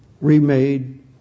remade